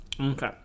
Okay